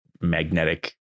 magnetic